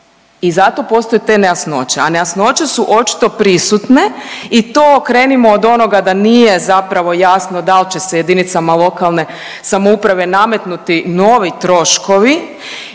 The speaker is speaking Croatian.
I zato postoje te nejasnoće, a nejasnoće su očito prisutne i to krenimo od onoga da nije zapravo jasno da li će se jedinicama lokalne samouprave nametnuti novi troškovi